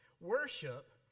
Worship